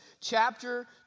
chapter